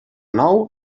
nou